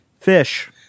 Fish